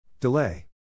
Delay